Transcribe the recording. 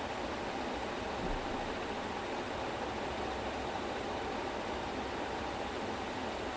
then black panther comes out of nowhere then he he literally is just there to take revenge on whoever killed his dad